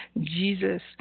Jesus